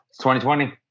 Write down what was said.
2020